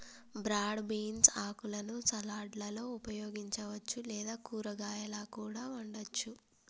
broad beans ఆకులను సలాడ్లలో ఉపయోగించవచ్చు లేదా కూరగాయాలా కూడా వండవచ్చు